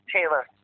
Taylor